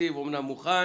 תקציב 2019 אמנם מוכן,